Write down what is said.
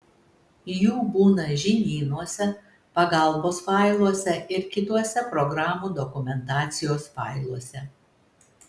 jų būna žinynuose pagalbos failuose ir kituose programų dokumentacijos failuose